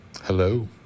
Hello